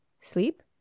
Sleep